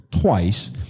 twice